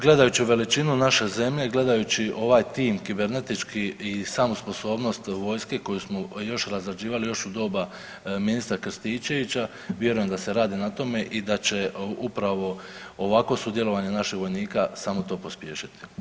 Gledajući veličinu naše zemlje, gledajući ovaj tim kibernetički i samu sposobnost vojske koju smo razrađivali još u doba ministra Krstičevića vjerujem da se radi na tome i da će upravo ovakvo sudjelovanje naših vojnika samo to pospješiti.